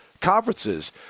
conferences